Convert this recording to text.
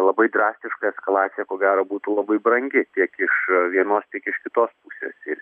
labai drastiška eskalacija ko gero būtų labai brangi tiek iš vienos tiek iš kitos pusės ir